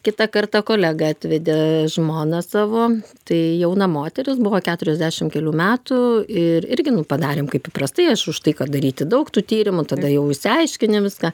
kitą kartą kolega atvedė žmoną savo tai jauna moteris buvo keturiasdešim kelių metų ir irgi nu padarėm kaip įprastai aš už tai kad daryti daug tų tyrimu tada jau išsiaiškini viską